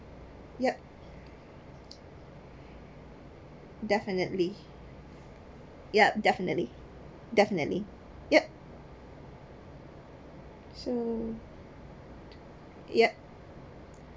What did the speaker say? yup definitely yup definitely definitely yup so yup